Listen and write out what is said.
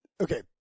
Okay